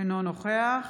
אינו נוכח